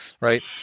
right